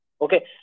Okay